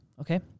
Okay